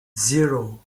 zero